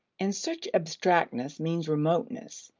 and such abstractness means remoteness,